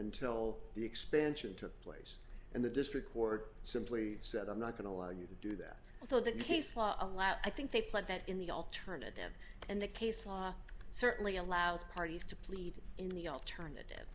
until the expansion took place and the district court simply said i'm not going to allow you to do that but the case law allows i think they put that in the alternative and the case law certainly allows parties to plead in the alternative